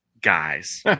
guys